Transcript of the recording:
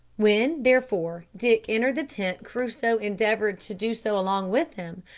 when, therefore, dick entered the tent crusoe endeavoured to do so along with him,